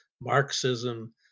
Marxism